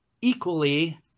equally